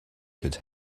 could